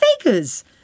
figures